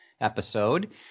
episode